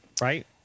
right